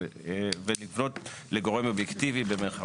ולפנות ל"גורם אובייקטיבי"